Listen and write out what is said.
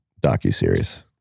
docuseries